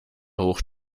hoch